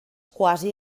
quasi